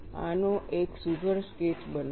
આનો એક સુઘડ સ્કેચ બનાવો